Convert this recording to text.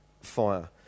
fire